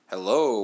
Hello